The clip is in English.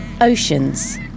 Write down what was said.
Oceans